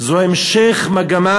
זה המשך מגמה